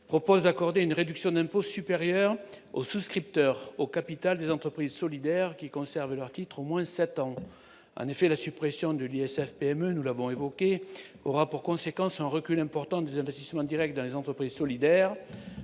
proposons d'accorder une réduction d'impôt supérieure aux souscripteurs au capital des entreprises solidaires qui conservent leurs titres au moins sept ans. En effet, la suppression de la réduction ISF-PME, déjà évoquée, aura pour conséquence un recul important des investissements directs dans les entreprises solidaires.